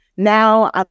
Now